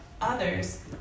others